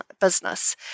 business